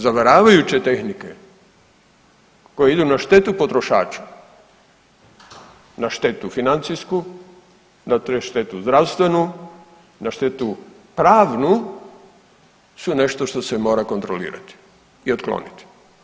Zavaravajuće tehnike koje idu na štetu potrošača, na štetu financijsku, na štetu zdravstvenu, na štetu pravnu su nešto što se mora kontrolirati i otkloniti.